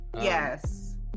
yes